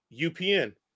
UPN